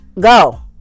go